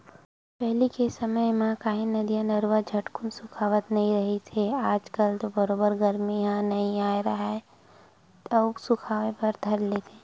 पहिली के समे म काहे नदिया, नरूवा ह झटकून सुखावत नइ रिहिस हे आज कल तो बरोबर गरमी ह आय नइ राहय अउ सुखाय बर धर लेथे